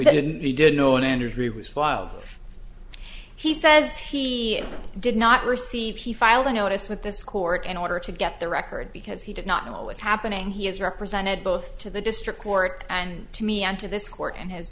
of he says he did not receive he filed a notice with this court in order to get the record because he did not know what was happening he has represented both to the district court and to me and to this court and h